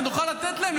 שנוכל לתת להם,